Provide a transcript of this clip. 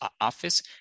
Office